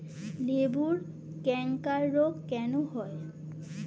লেবুর ক্যাংকার রোগ কেন হয়?